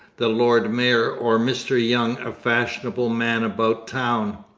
the lord mayor, or mr young, a fashionable man about town.